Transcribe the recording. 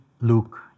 Luke